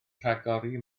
rhagori